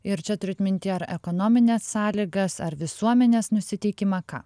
ir čia turit minty ar ekonomines sąlygas ar visuomenės nusiteikimą ką